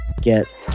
get